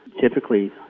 typically